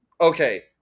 okay